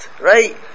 right